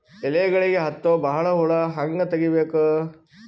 ಎಲೆಗಳಿಗೆ ಹತ್ತೋ ಬಹಳ ಹುಳ ಹಂಗ ತೆಗೀಬೆಕು?